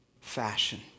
fashion